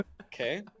Okay